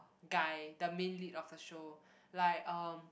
guy the main lead of the show like um